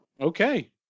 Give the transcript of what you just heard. Okay